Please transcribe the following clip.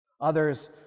Others